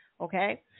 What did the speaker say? okay